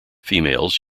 females